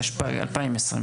התשפ"ב-2022?